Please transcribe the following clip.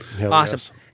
Awesome